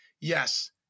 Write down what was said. yes